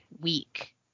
week